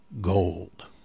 gold